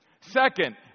Second